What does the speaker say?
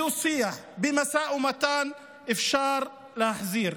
בדו-שיח, במשא ומתן, אפשר להחזיר.